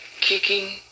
kicking